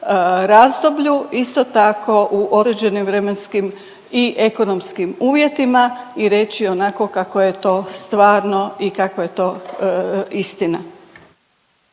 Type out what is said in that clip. razdoblju, isto tako u određenim vremenskim i ekonomskim uvjetima i reći onako kako je to stvarno i kako je to istina.